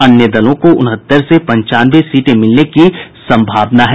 अन्य दलों को उनहत्तर से पंचानवे सीटें मिलने की संभावना है